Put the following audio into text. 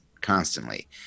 constantly